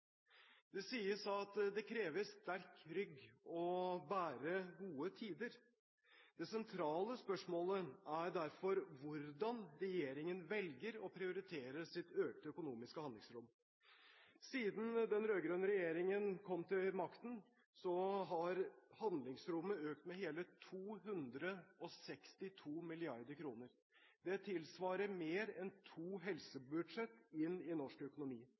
Det sies at det krever sterk rygg å bære gode tider. Det sentrale spørsmålet er derfor hvordan regjeringen velger å prioritere sitt økte økonomiske handlingsrom. Siden den rød-grønne regjeringen kom til makten, har handlingsrommet økt med hele 262 mrd. kr. Det tilsvarer mer enn to helsebudsjett inn i norsk økonomi.